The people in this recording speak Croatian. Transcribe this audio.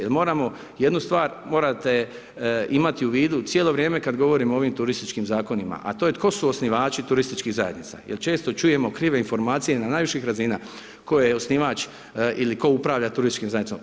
Jer moramo, jednu stvar morate imati u vidu, cijelo vrijeme kad govorimo o ovim turističkim zakonima, a to je tko su osnivači turističkih zajednica, jer često čujemo krive informacije na najviših razina, ko je osnivač ili ko upravlja turističkim zajednicama.